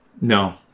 No